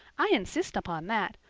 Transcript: i insist upon that.